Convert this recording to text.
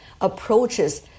approaches